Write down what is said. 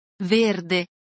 verde